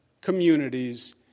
communities